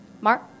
Mark